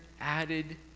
added